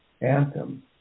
Anthem